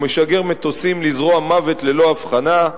הוא משגר מטוסים לזרוע מוות ללא הבחנה,